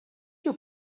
your